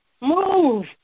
Move